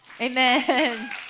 Amen